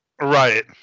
Right